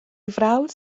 frawd